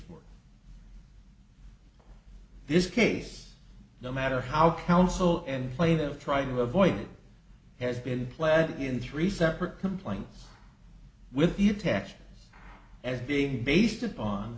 for this case no matter how council and play they'll try to avoid it has been pled in three separate complaints with the attached as being based upon